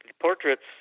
portraits